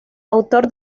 autor